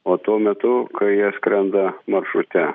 o tuo metu kai jie atskrenda maršrute